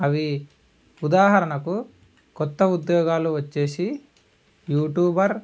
అవి ఉదాహరణకు క్రొత్త ఉద్యోగాలు వచ్చేసి యూట్యూబర్